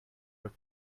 have